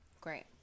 Great